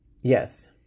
Yes